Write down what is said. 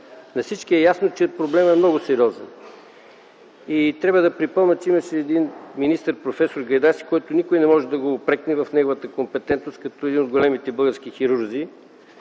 На всички е ясно, че проблемът е много сериозен. Трябва да припомня, че имаше един министър – проф. Гайдарски, който никой не може да упрекне в неговата компетентност като един от големите български хирурзи.